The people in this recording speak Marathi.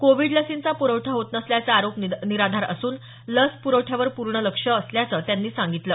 कोविड लसींचा पुरवठा होत नसल्याचे आरोप निराधार असून लस पुरवठ्यावर पूर्ण लक्ष असल्याचं त्यांनी सांगितलं